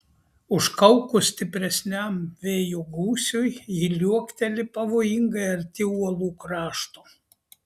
užkaukus stipresniam vėjo gūsiui ji liuokteli pavojingai arti uolų krašto